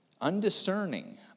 Undiscerning